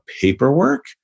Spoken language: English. paperwork